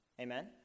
Amen